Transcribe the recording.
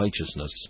righteousness